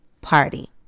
party